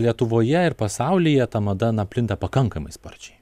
lietuvoje ir pasaulyje ta mada na plinta pakankamai sparčiai